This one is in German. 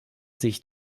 sich